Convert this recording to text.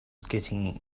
getting